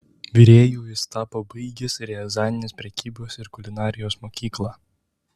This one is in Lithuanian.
virėju jis tapo baigęs riazanės prekybos ir kulinarijos mokyklą